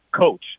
coach